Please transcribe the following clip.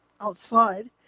Outside